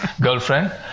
girlfriend